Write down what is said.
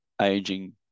aging